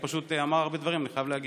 הוא פשוט אמר הרבה דברים, אני חייב להגיב.